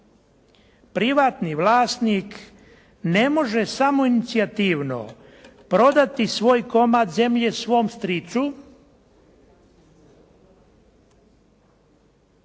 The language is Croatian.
privatni vlasnik ne može samoinicijativno prodati svoj komad zemlje svom stricu,